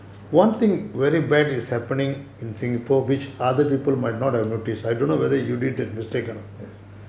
yes